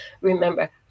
remember